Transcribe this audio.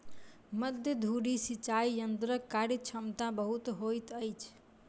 मध्य धुरी सिचाई यंत्रक कार्यक्षमता बहुत होइत अछि